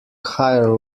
higher